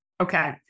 Okay